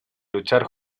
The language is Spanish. luchar